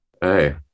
Hey